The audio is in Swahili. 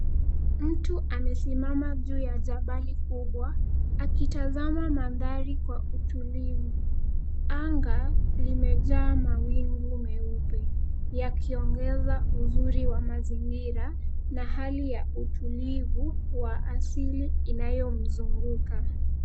Mtu amesimama juu ya jabali kubwa, akitazama mandhari kwa utulivu. Anga limejaa mawingu meupe, yakiongeza uzuri wa mazingira na hali ya utulivu wa asili inayomzunguka.